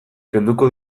kenduko